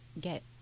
get